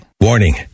Warning